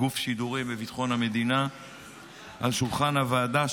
גוף שידורים זר בביטחון המדינה על שולחן הוועדה,